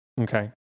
Okay